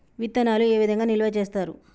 విత్తనాలు ఏ విధంగా నిల్వ చేస్తారు?